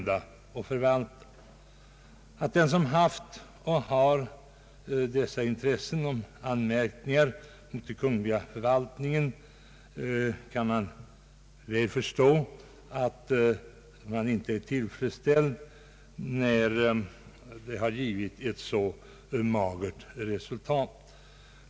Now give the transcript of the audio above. Man kan förstå att den som har haft ett intresse av att framföra dessa anmärkningar mot den kungl. förvaltningen inte är tillfredsställd med det magra resultatet som utskottsbehandlingen har gett.